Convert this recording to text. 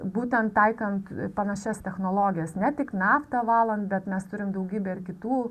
būtent taikant panašias technologijas ne tik naftą valant bet mes turim daugybę ir kitų